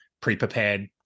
pre-prepared